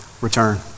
return